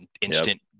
instant